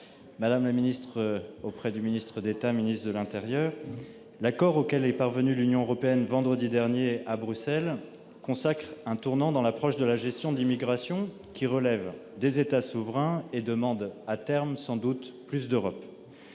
Mme la ministre auprès du ministre d'État, ministre de l'intérieur. L'accord auquel est parvenue l'Union européenne vendredi dernier à Bruxelles consacre un tournant dans l'approche de la gestion de l'immigration, qui relève des États souverains et demande à terme, sans doute, plus d'Europe.